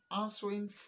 answering